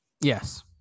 Yes